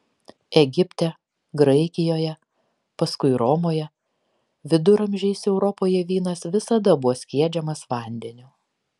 egipte graikijoje paskui romoje viduramžiais europoje vynas visada buvo skiedžiamas vandeniu